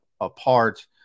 apart